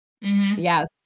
Yes